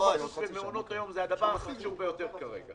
--- במעונות היום זה הדבר החשוב ביותר כרגע.